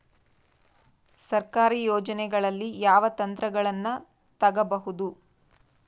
ಸರ್ಕಾರಿ ಯೋಜನೆಗಳಲ್ಲಿ ಯಾವ ಯಂತ್ರಗಳನ್ನ ತಗಬಹುದು?